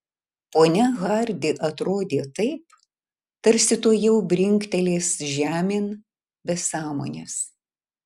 ponia hardi atrodė taip tarsi tuojau brinktelės žemėn be sąmonės